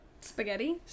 spaghetti